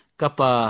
kapa